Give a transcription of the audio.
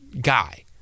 guy